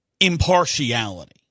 impartiality